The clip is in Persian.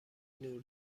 نور